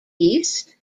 east